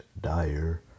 dire